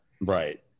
Right